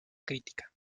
crítica